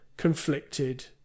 conflicted